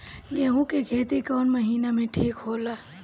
गेहूं के खेती कौन महीना में ठीक होला?